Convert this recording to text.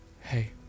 hey